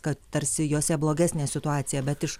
kad tarsi jose blogesnė situacija bet iš